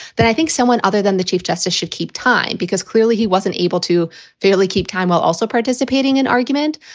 that i think someone other than the chief justice should keep time because clearly he wasn't able to fairly keep time while also participating in argument.